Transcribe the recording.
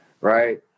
right